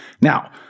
Now